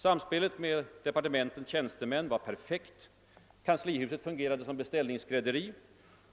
Samspelet med departementens tjänstemän var perfekt, kanslihuset fungerade som beställningsskrädderi